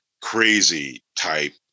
crazy-type